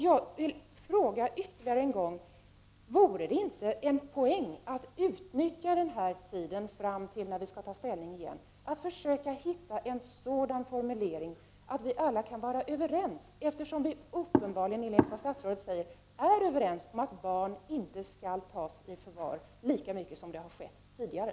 Jag vill fråga ytterligare en gång om det inte vore en poäng att utnyttja tiden fram till när vi skall ta ställning igen att försöka hitta en sådan formulering att vi alla kan vara överens. Enligt vad statsrådet säger är vi uppenbarligen överens om att barn inte skall tas i förvar lika mycket som har skett tidigare.